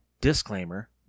disclaimer